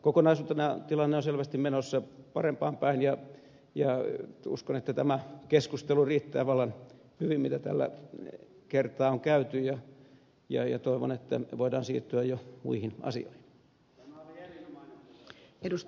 kokonaisuutena tilanne on selvästi menossa parempaan päin ja uskon että tämä keskustelu riittää vallan hyvin mitä tällä kertaa on käyty ja toivon että voidaan siirtyä jo muihin asioihin